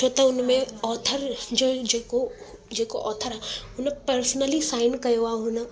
छो त हुन में ऑथर जो जेको जेको ऑथर आहे हुन पर्सनली साइन कयो आहे हुन